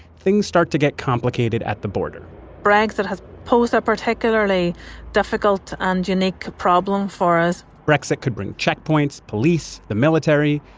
things start to get complicated at the border brexit that has posed a particularly difficult and unique problem for us brexit could bring checkpoints, police, the military.